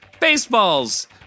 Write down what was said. Baseballs